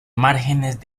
márgenes